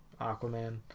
aquaman